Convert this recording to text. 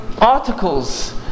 articles